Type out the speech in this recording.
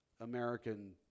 American